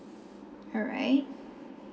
alright